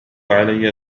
علي